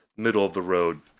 middle-of-the-road